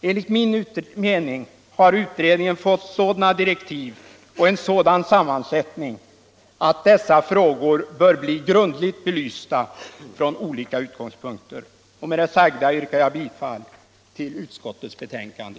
Enligt min mening har utredningen fått sådana direktiv och en sådan sammansättning att dessa frågor bör bli grundligt belysta från olika utgångspunkter.